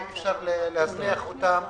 שאי אפשר להזניח אותם